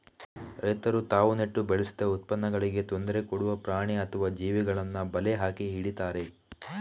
ರೈತರು ತಾವು ನೆಟ್ಟು ಬೆಳೆಸಿದ ಉತ್ಪನ್ನಗಳಿಗೆ ತೊಂದ್ರೆ ಕೊಡುವ ಪ್ರಾಣಿ ಅಥವಾ ಜೀವಿಗಳನ್ನ ಬಲೆ ಹಾಕಿ ಹಿಡೀತಾರೆ